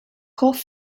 hoff